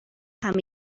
همه